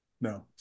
No